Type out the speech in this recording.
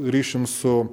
ryšium su